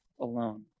alone